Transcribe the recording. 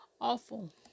awful